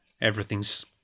everything's